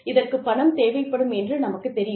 இதற்குப் பணம் தேவைப்படும் என்று நமக்குத் தெரியும்